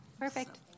Perfect